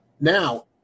Now